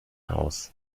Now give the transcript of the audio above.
haus